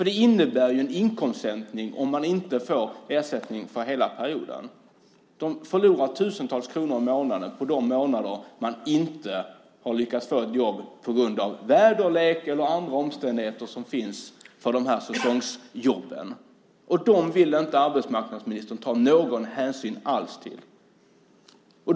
Det innebär ju en inkomstsänkning om man inte får ersättning för hela perioden. Man förlorar tusentals kronor i månaden under de månader som man inte har lyckats få ett jobb på grund av väderlek eller andra omständigheter som påverkar säsongsjobben. Arbetsmarknadsministern vill inte ta någon som helst hänsyn till de människorna.